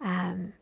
um